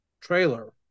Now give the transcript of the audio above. trailer